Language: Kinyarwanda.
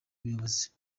ubuyobozi